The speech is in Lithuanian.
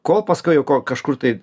kol paskui jau kažkur tai